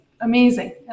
amazing